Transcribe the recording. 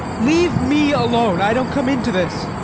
leave me alone! i don't come into this.